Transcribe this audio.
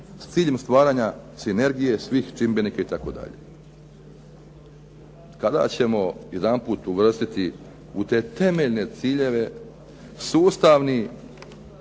s ciljem stvaranja sinergije svih čimbenika itd. Kada ćemo jedanput uvrstiti u te temeljne ciljeve sustavno